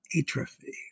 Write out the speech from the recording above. atrophy